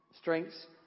Strengths